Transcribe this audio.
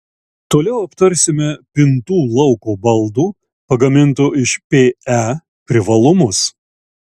toliau aptarsime pintų lauko baldų pagamintų iš pe privalumus